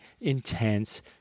intense